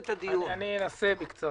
לו.